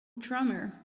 drummer